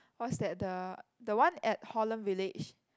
what's that the the one at Holland Village